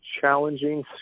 challenging